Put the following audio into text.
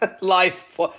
life